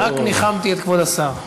רק ניחמתי את כבוד השר.